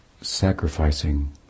sacrificing